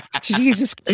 Jesus